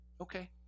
Okay